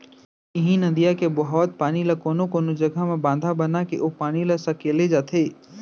इहीं नदिया के बोहावत पानी ल कोनो कोनो जघा म बांधा बनाके ओ पानी ल सकेले जाथे